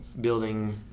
building